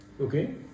Okay